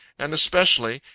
and especially,